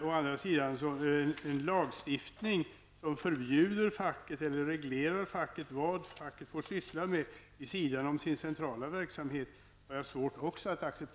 Å andra sidan har jag också svårt att acceptera en lagstiftning som reglerar vad fackföreningarna får syssla med vid sidan av sin centrala verksamhet.